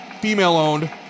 female-owned